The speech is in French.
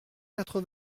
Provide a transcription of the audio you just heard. quatre